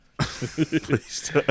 Please